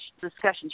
discussion